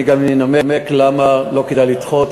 אני גם אנמק למה לא כדאי לדחות,